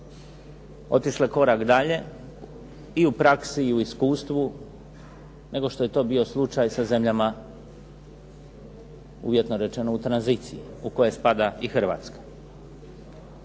otišle korak dalje i u praksi i u iskustvu nego što je to bio slučaj sa zemljama, uvjetno rečeno u tranziciji, u koje spada i Hrvatska.